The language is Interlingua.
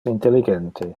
intelligente